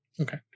Okay